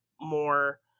more